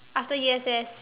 after U_S_S